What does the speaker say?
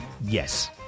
Yes